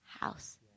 house